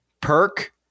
Perk